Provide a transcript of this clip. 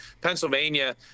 Pennsylvania